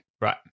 Right